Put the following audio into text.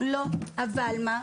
לא, לא, אבל מה?